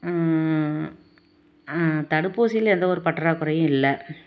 தடுப்பூசியில் எந்த ஒரு பற்றாக்குறையும் இல்லை